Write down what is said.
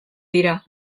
dira